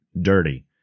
dirty